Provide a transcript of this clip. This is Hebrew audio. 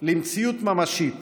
למציאות ממשית